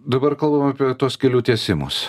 dabar kalbam apie tuos kelių tiesimus